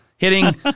Hitting